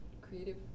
creative